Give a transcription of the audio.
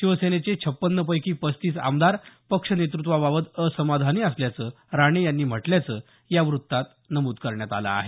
शिवसेनेचे छपन्नपैकी पस्तीस आमदार पक्षनेतृत्वाबाबत असमाधानी असल्याचं राणे यांनी म्हटल्याचं या वृत्तात म्हटलं आहे